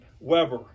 Weber